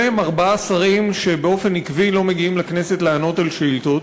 אלה הם ארבעה שרים שבאופן עקבי לא מגיעים לכנסת לענות על שאילתות.